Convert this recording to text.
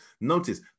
notice